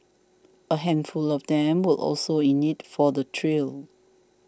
a handful of them were also in it for the thrill